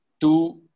Two